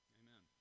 amen